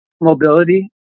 mobility